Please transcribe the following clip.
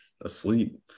asleep